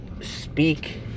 speak